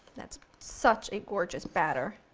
that's such a gorgeous batter!